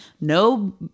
no